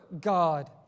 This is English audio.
God